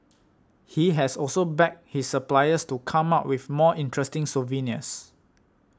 he has also begged his suppliers to come up with more interesting souvenirs